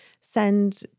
send